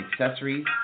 accessories